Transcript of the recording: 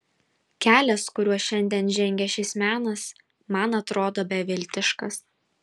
kelias kuriuo šiandien žengia šis menas man atrodo beviltiškas